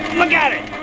look at it!